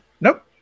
Nope